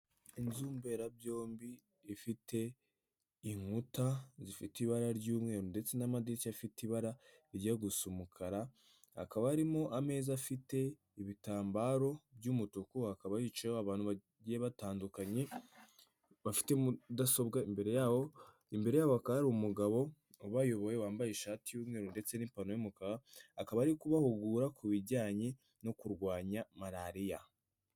Inzu mberabyombi ifite inkuta zifite ibara ry'umweru ndetse n'amadirishya afite ibara rirya gusa umukara, hakaba harimo ameza afite ibitambaro by'umutuku hakaba hicayemo abantu bagiye batandukanye bafite mudasobwa, imbere yabo imbere yabo hakaba hari umugabo ubayoboye wambaye ishati y'umweru ndetse n'ipantalo y'umukara akaba ari kubahugura ku bijyanye no kurwanya malariya.